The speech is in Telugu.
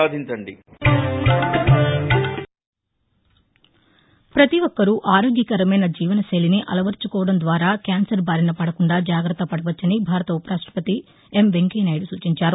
ప్రపతి ఒక్కరూ ఆరోగ్యకరమైన జీవన శైలిని అలవరచుకోవడం ద్వారా క్యాన్సర్ బారినపడకుండా జాగ్రత్త పడవచ్చని భారత ఉపరాష్ట్రపతి ముప్పవరపు వెంకయ్య నాయుడు సూచించారు